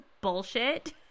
bullshit